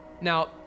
Now